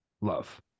love